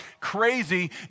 crazy